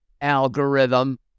algorithm